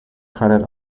credit